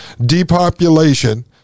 depopulation